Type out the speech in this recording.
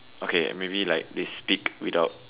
okay maybe like they speak without